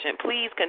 Please